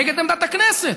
נגד עמדת הכנסת,